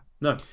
no